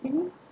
mmhmm